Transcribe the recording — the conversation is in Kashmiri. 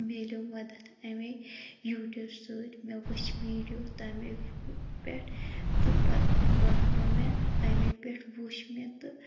مِلِیو مَدَد امے یوٹِیوب سۭتۍ مےٚ وُچھ ویڈیو تمے پٮ۪ٹھ تہٕ پَتہِ بَنو مےٚ تَمے پٮ۪ٹھ وُچھ مےٚ تہٕ